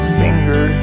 finger